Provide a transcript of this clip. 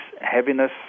heaviness